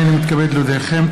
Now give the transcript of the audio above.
הינני מתכבד להודיעכם,